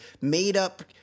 made-up